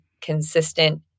consistent